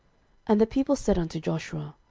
and the people said unto joshua,